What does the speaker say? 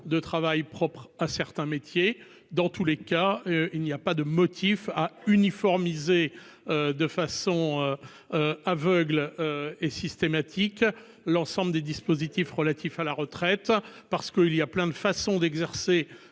de travail propres à certains métiers, dans tous les cas il n'y a pas de motif à uniformiser de façon. Aveugle et systématique. L'ensemble des dispositifs relatifs à la retraite parce qu'il y a plein de façons d'exercer